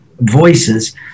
voices